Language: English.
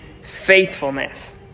faithfulness